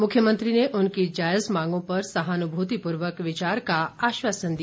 मुख्यमंत्री ने उनकी जायज़ मांगों पर सहानुभूतिपूर्वक विचार का आश्वासन दिया